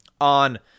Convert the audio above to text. on